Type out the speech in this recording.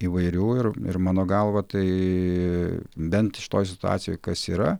įvairių ir ir mano galva tai bent šitoje situacijoje kas yra